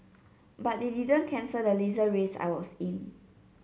but they didn't cancel the Laser race I was in